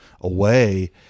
away